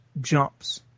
jumps